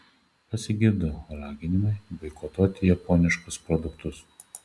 pasigirdo raginimai boikotuoti japoniškus produktus